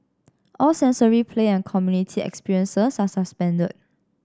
all sensory play and community experiences are suspended